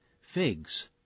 Figs